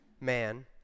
man